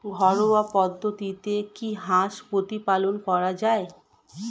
ঘরোয়া পদ্ধতিতে কি হাঁস প্রতিপালন করা যায়?